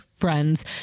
friends